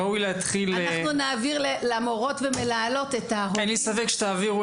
נעביר למורות ולמנהלות --- אין לי ספק שתעבירו